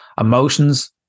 emotions